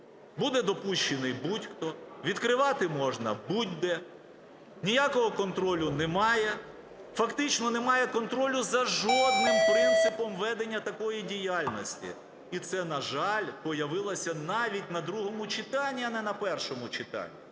Буде допущений будь-хто, відкривати можна будь-де, ніякого контролю немає. Фактично немає контролю за жодним принципом ведення такої діяльності. І це, на жаль, появилося навіть на другому читанні, а не на першому читанні.